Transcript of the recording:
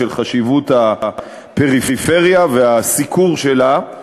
של חשיבות הפריפריה והסיקור שלה,